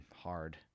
hard